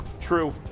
True